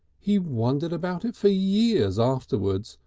he wondered about it for years afterwards,